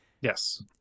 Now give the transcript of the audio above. Yes